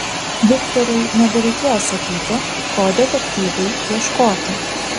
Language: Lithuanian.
viktorui nebereikėjo sakyti ko detektyvui ieškoti